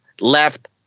left